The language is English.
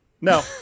No